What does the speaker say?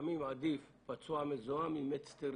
לפעמים עדיף פצוע מזוהם ממת סטרילי.